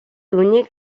үүнийг